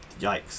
yikes